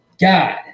god